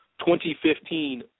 2015